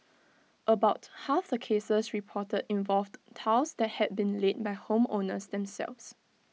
about half the cases reported involved tiles that had been laid by home owners themselves